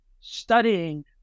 studying